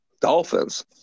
Dolphins